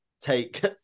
Take